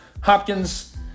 Hopkins